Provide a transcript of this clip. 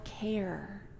care